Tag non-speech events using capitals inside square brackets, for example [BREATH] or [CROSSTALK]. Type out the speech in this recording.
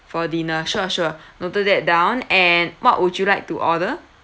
for dinner sure sure [BREATH] noted that down and what would you like to order